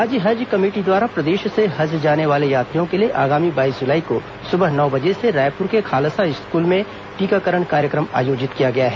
राज्य हज कमेटी द्वारा प्रदेश से हज जाने वाले यात्रियों के लिए आगामी बाईस जुलाई को सुबह नौ बजे से रायपुर के खालसा स्कूल में टीकाकरण कार्यक्रम आयोजित किया गया है